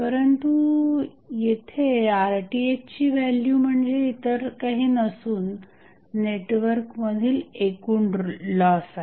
परंतु येथे RThची व्हॅल्यू म्हणजे इतर काही नसून नेटवर्क मधील एकूण लॉस आहे